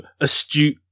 astute